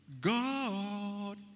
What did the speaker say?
God